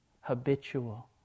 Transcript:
habitual